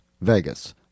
vegas